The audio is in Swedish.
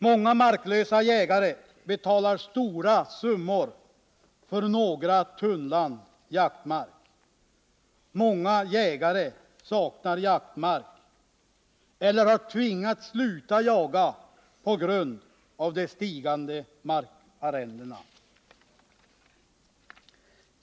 Många marklösa jägare betalar stora summor för några tunnland jaktmark. Många jägare saknar jaktmark eller har tvingats sluta jaga på grund av de stigande markarrendena.